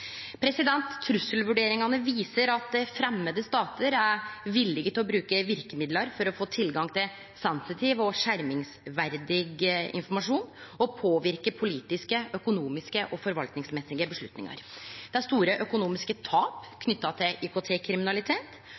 viser at framande statar er villige til å bruke verkemiddel for å få tilgang til sensitiv og skjermingsverdig informasjon og påverke politiske, økonomiske og forvaltningsmessige avgjerder. Det er store økonomiske tap knytte til